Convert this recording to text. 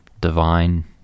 divine